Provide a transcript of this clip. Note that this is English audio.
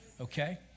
Okay